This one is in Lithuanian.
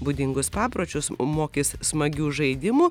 būdingus papročius mokys smagių žaidimų